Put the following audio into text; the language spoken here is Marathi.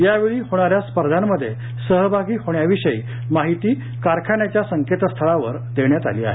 या वेळी होणाऱ्या स्पर्धांमध्ये सहभागी होण्याविषयी माहिती कारखान्याच्या संकेतस्थळावर देण्यात आली आहे